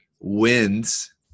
wins